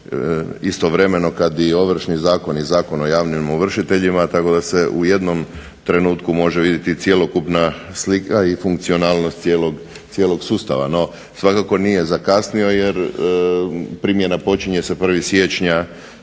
istovremeno kad i Ovršni zakon i Zakon o javnim ovršiteljima tako da se u jednom trenutku može vidjeti cjelokupna slika i funkcionalnost cijelog sustava. No, svakako nije zakasnio jer primjena počinje sa 1. siječnja